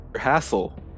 hassle